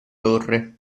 torre